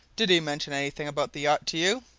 did he mention anything about the yacht to you?